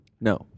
no